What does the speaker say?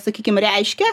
sakykim reiškia